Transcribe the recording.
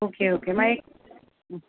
okay okay माई